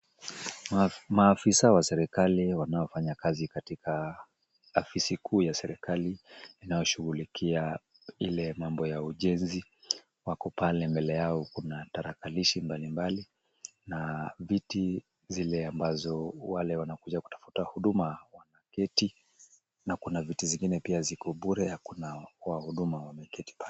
Maafisa wa serikali wanaofanya kazi katika afisi kuu ya serikali inayoshughulikia ile mambo ya ujenzi, wako pale mbele yao kuna tarakilishi mbali mbali na viti zile ambazo wale wanakuja kutafuta huduma wanaketi na kuna viti zingine pia ziko bure hakuna wahudumu wameketi pale.